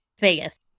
Vegas